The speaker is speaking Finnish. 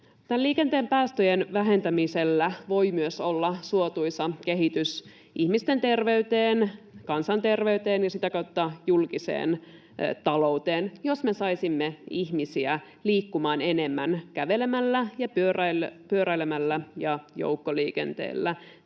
Liikenteen päästöjen vähentämisellä voi myös olla suotuisa vaikutus ihmisten terveyteen, kansanterveyteen ja sitä kautta julkiseen talouteen, jos me saisimme ihmisiä liikkumaan enemmän kävelemällä, pyöräilemällä ja joukkoliikenteellä.